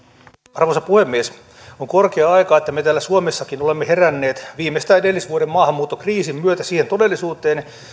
arvoisa puhemies on korkea aika että me täällä suomessakin olemme heränneet viimeistään edellisvuoden maahanmuuttokriisin myötä siihen todellisuuteen